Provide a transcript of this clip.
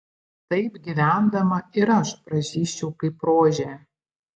taip gyvendama ir aš pražysčiau kaip rožė